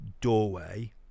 doorway